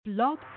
Blog